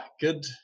good